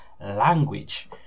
language